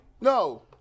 No